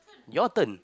your turn